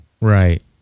Right